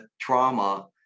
trauma